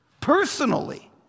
personally